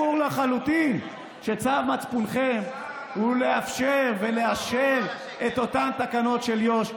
כשברור לחלוטין שצו מצפונכם הוא לאפשר ולאשר את אותן תקנות של יו"ש.